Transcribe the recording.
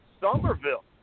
Somerville